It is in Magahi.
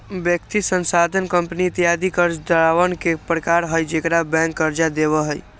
व्यक्ति, संस्थान, कंपनी इत्यादि कर्जदारवन के प्रकार हई जेकरा बैंक कर्ज देवा हई